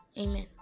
Amen